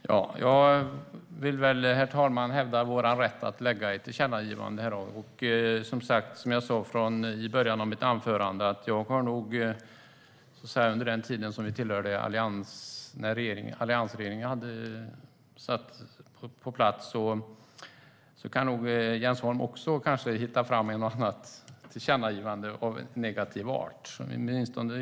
Herr talman! Jag vill hävda vår rätt att göra ett tillkännagivande. Jag sa i början av mitt anförande att under alliansregeringen kan nog Jens Holm hitta tillkännagivanden av negativ art.